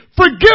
forgive